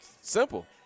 Simple